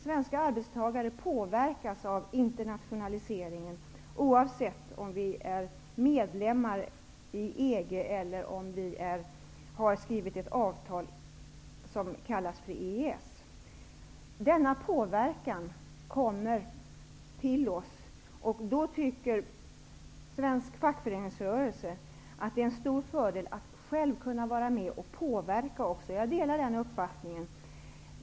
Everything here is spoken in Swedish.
Svenska arbetstagare påverkas av internationaliseringen oavsett om vi är medlemmar i EG eller om vi har skrivit ett avtal som kallas EES. Denna påverkan kommer till oss, och då tycker svensk fackföreningsrörelse att det är en stor fördel att också själv kunna vara med och påverka. Jag delar den uppfattningen.